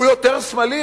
הוא יותר שמאלני.